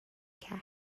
کرد